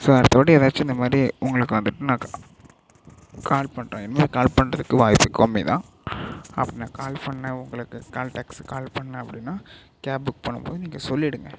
so அடுத்தவாட்டி எதாச்சும் இந்த மாரி உங்களுக்கு உங்களுக்கு வந்துட்டுனா கால் பண்ணுறேன் இனிமே கால் பண்ணுறதுக்கு வாய்ப்பு கம்மி தான் அப்புறம் கால் பண்ணேன் உங்களுக்கு கால் டாக்சி கால் பண்ணேன் அப்படினா கேப் புக் பண்ணும்போது நீங்கள் சொல்லிவிடுங்க